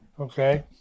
Okay